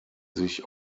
sich